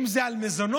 אם זה על מזונות,